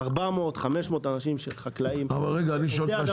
500-400 אנשים שהם חקלאים --- רגע,